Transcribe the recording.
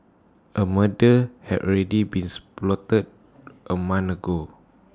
A murder had ready bees plotted A month ago